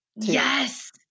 yes